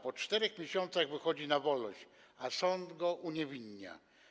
Po 4 miesiącach wychodzi na wolność, a sąd go uniewinnia.